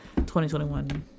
2021